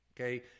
okay